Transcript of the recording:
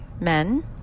men